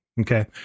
okay